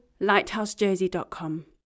lighthousejersey.com